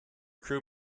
crew